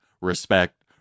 respect